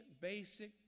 basic